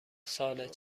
سال